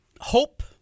hope